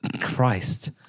Christ